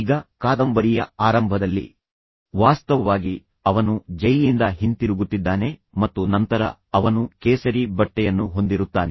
ಈಗ ಕಾದಂಬರಿಯ ಆರಂಭದಲ್ಲಿ ವಾಸ್ತವವಾಗಿ ಅವನು ಜೈಲಿನಿಂದ ಹಿಂತಿರುಗುತ್ತಿದ್ದಾನೆ ಮತ್ತು ನಂತರ ಅವನು ಕೇಸರಿ ಬಟ್ಟೆಯನ್ನು ಹೊಂದಿರುತ್ತಾನೆ